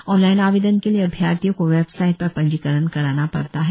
online आवेदन के लिए अभ्यर्थियों को वेबसाइट पर पंजीकरण कराना पड़ता है